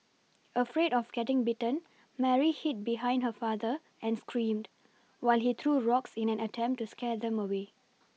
afraid of getting bitten Mary hid behind her father and screamed while he threw rocks in an attempt to scare them away